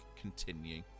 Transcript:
Continue